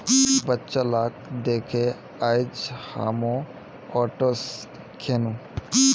बच्चा लाक दखे आइज हामो ओट्स खैनु